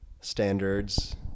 standards